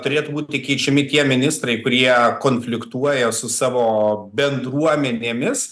turėtų būti keičiami tie ministrai kurie konfliktuoja su savo bendruomenėmis